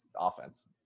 offense